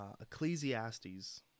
Ecclesiastes